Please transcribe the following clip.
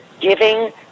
giving